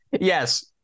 Yes